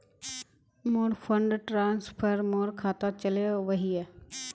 मोर fund transfer मोर खातात चले वहिये